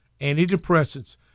Antidepressants